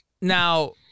Now